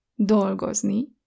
dolgozni